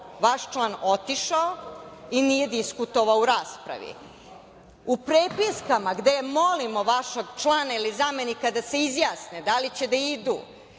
vaš član otišao i nije diskutovao u raspravi.U prepiskama gde molimo vašeg člana ili zamenika da se izjasne da li će da idu